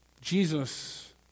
Jesus